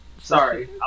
Sorry